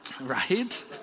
right